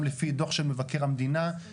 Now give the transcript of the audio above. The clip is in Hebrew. זה זמן מספיק כדי שנשב כאן בדיון מעמיק